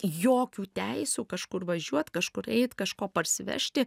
jokių teisių kažkur važiuot kažkur eit kažko parsivežti